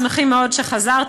שמחים מאוד שחזרת,